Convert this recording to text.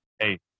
hey